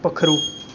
पक्खरु